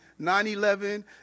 9-11